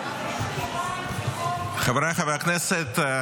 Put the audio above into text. חבריי חברי הכנסת,